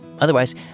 Otherwise